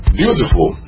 Beautiful